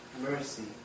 mercy